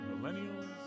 Millennials